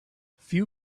few